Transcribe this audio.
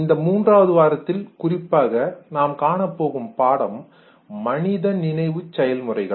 இந்த மூன்றாவது வாரத்தில் குறிப்பாக நாம் காணப்போகும் பாடம் மனித நினைவு செயல்முறைகள்